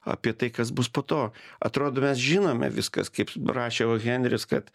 apie tai kas bus po to atrodo mes žinome viskas kaip rašė o henris kad